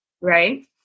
Right